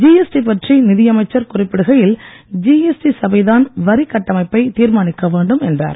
GST பற்றி நிதியமைச்சர் குறிப்பிடுகையில் ஜிஎஸ்டி சபை தான் வரிக் கட்டமைப்பை தீர்மானிக்க வேண்டும் என்றார்